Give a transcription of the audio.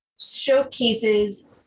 showcases